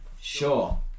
Sure